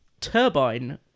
Turbine